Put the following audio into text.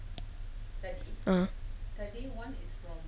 a'ah